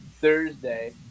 Thursday